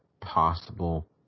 possible